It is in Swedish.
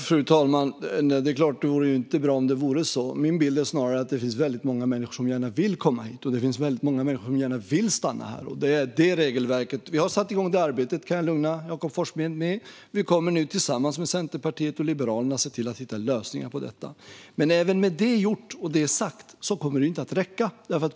Fru talman! Det vore förstås inte bra om det vore så. Min bild är dock snarare att det finns väldigt många människor som gärna vill komma hit och att det finns väldigt många människor som gärna vill stanna här. Jag kan lugna Jakob Forssmed med att vi har satt igång arbetet. Vi kommer nu tillsammans med Centerpartiet och Liberalerna att se till att hitta lösningar på detta. Men även med det gjort och med det sagt kommer det inte att räcka.